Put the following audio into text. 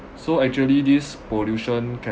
so actually this pollution